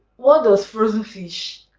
what does frozen fish?